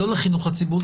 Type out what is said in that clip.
לא לחינוך הציבור,